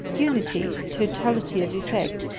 unity, totality of effect,